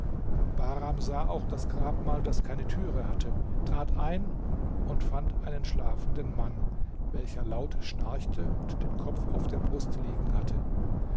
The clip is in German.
bahram sah auch das grabmal das keine türe hatte trat ein und fand einen schlafenden mann welcher laut schnarchte und den kopf auf der brust liegen hatte